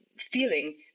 feeling